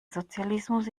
sozialismus